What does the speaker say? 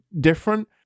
different